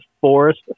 Forest